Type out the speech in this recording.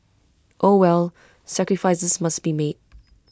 oh well sacrifices must be made